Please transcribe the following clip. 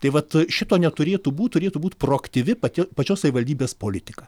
tai vat šito neturėtų būt turėtų būt proaktyvi pati pačios savivaldybės politika